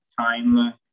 time